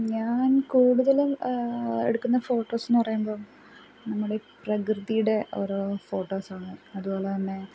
ഞാൻ കൂടുതലും എടുക്കുന്ന ഫോട്ടോസെന്ന് പറയുമ്പം നമ്മുടെ ഇ പ്രകൃതീടെ ഓരോ ഫോട്ടോസാണ് അതുപോലെ തന്നെ